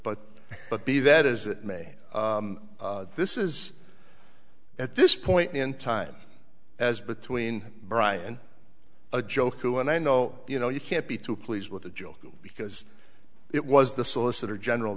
but but be that as it may this is at this point in time as between brian a joke you and i know you know you can't be too pleased with the joke because it was the solicitor general